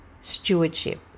stewardship